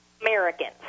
Americans